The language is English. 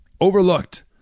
overlooked